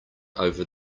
over